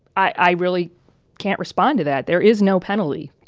i really can't respond to that. there is no penalty.